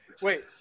Wait